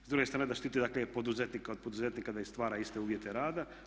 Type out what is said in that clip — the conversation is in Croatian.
S druge strane da štiti, dakle poduzetnika od poduzetnika da stvara iste uvjete rada.